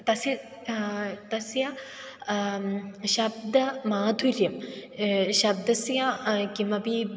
तस्य तस्य शब्दमाधुर्यं शब्दस्य किमपि